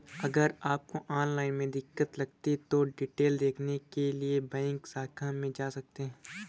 अगर आपको ऑनलाइन में दिक्कत लगती है तो डिटेल देखने के लिए बैंक शाखा में भी जा सकते हैं